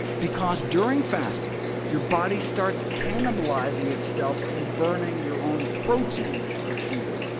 because during fasting your body starts cannibalizing itself and burning your own protein for fuel.